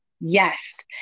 Yes